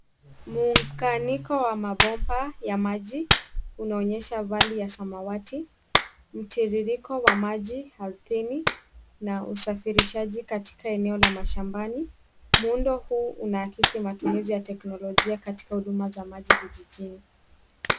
Mng'aniko wa mabomba ya maji unaonyesha vali ya samawati, mtiririko wa maji ardhini na usafirishaji katika eneo la mashambani. Muundo huu unaakisi matumizi ya teknolojia katika huduma za maji vijijini.